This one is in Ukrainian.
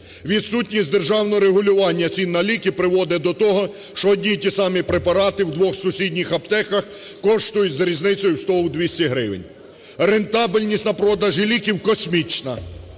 Відсутність державного регулювання цін на ліки приводить до того, що одні й ті самі препарати в двох сусідніх аптеках коштують з різницею в 100, у 200 гривень. Рентабельність на продажі ліків космічна.